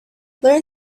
learn